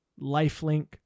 lifelink